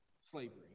slavery